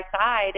side